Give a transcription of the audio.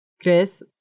Chris